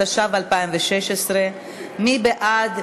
התשע"ו 2016. מי בעד?